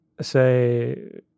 say